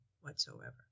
whatsoever